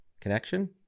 connection